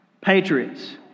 Patriots